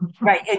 Right